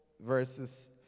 verses